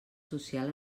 social